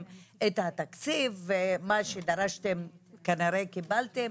את התקציב ומה שדרשתם כנראה קיבלתם.